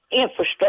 infrastructure